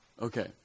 Okay